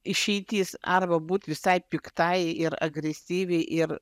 išeitis arba būt visai piktai ir agresyviai ir